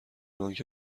آنکه